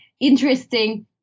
interesting